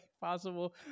possible